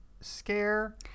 scare